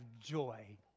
joy